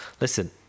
Listen